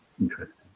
interesting